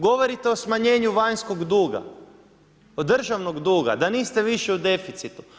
Govorite o smanjenju vanjskog duga, državnog duga da niste više u deficitu.